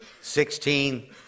Sixteen